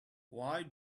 why